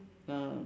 uh